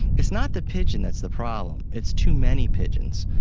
it's not the pigeon that's the problem, it's too many pigeons,